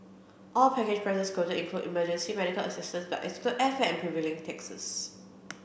all package prices quoted include emergency medical assistance but exclude airfare and prevailing taxes